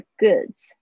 goods